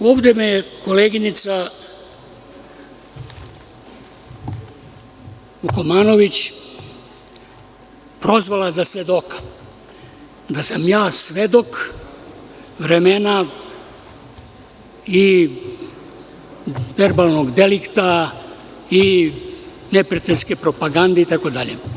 Međutim, ovde me je koleginica Vukomanović prozvala za svedoka, da sam ja svedok vremena i verbalnog delikta i neprijateljske propagande itd.